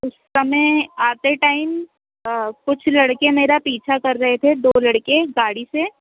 उस समय आते टाइम कुछ लड़के मेरा पीछा कर रहे थे दो लड़के गाड़ी से